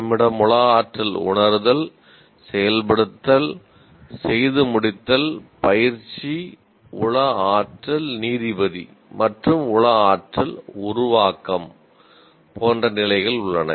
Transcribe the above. நம்மிடம் உள ஆற்றல் உணருதல் செயல்படுத்தல் செய்து முடித்தல் பயிற்சி உள ஆற்றல் நீதிபதி மற்றும் உள ஆற்றல் உருவாக்கம் போன்ற நிலைகள் உள்ளன